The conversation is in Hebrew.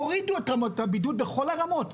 הורידו את הבידוד בכל הרמות.